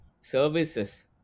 services